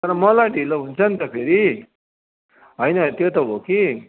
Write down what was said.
तर मलाई ढिलो हुन्छ नि त फेरि होइन त्यो त हो कि